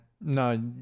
No